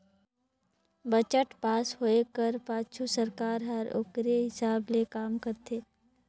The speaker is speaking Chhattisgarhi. बजट पास होए कर पाछू सरकार हर ओकरे हिसाब ले काम करथे